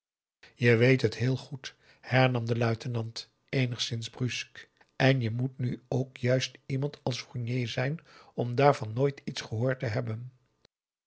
je weet het heel goed hernam de luitenant eenigszins brusk en je moet nu ook juist iemand als fournier zijn om daarvan nooit iets gehoord te hebben